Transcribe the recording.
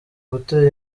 gutera